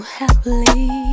happily